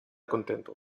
contento